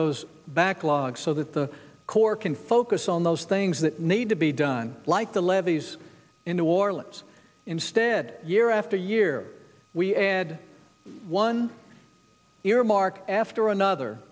those backlogs so that the corps can focus on those things that need to be done like the levees in new orleans instead year after year we add one earmark after another